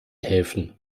helfen